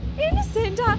innocent